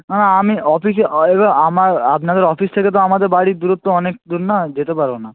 না আমি অফিসে আমার আপনাদের অফিস থেকে তো আমাদের বাড়ির দূরত্ব অনেক দূর না যেতে পারবো না